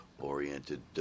oriented